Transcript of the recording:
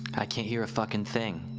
i can't hear a fucking thing.